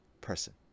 person